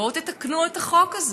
בואו ותתקנו את החוק הזה.